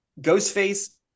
Ghostface